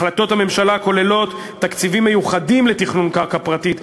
החלטות הממשלה כוללות תקציבים מיוחדים לתכנון קרקע פרטית.